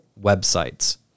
websites